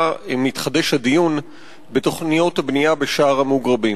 מתחדש הדיון בתוכניות הבנייה בשער המוגרבים.